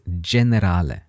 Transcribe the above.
Generale